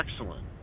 Excellent